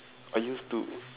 I used to